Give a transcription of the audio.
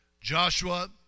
Joshua